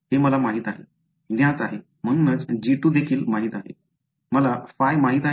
हे मला माहित आहे ज्ञात आहे म्हणूनच g2 देखील माहित आहे मला ϕ माहित आहे का